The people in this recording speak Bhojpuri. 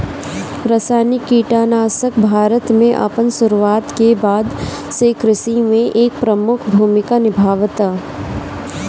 रासायनिक कीटनाशक भारत में अपन शुरुआत के बाद से कृषि में एक प्रमुख भूमिका निभावता